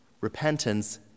Repentance